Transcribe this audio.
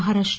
Maharashtra